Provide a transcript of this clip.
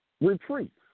retreats